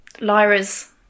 Lyra's